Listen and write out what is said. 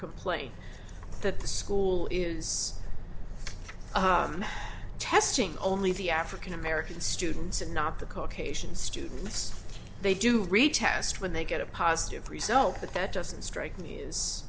complaint that the school is testing only the african american students and not the caucasian students they do retest when they get a positive result but that doesn't